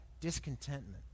discontentment